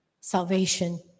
salvation